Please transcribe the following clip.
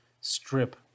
strip